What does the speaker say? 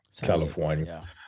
California